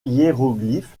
hiéroglyphes